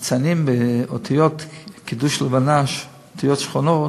מציינים באותיות של קידוש לבנה, אותיות שחורות,